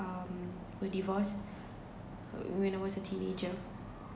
um were divorced when I was a teenager